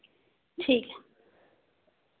ठीक ऐ